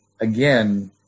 again